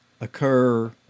occur